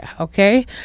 okay